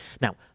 Now